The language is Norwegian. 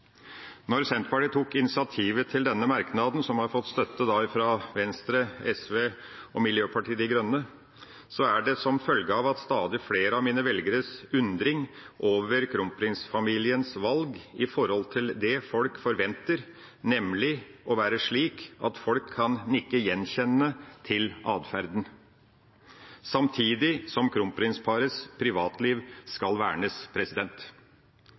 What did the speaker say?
Når Senterpartiet tok initiativet til denne merknaden, som har fått støtte fra Venstre, SV og Miljøpartiet De Grønne, er det som følge av stadig flere av mine velgeres undring over kronsprinsfamiliens valg i forhold til det folk forventer, nemlig å være slik at folk kan nikke gjenkjennende til atferden, samtidig som kronsprinsparets privatliv skal vernes.